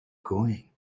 going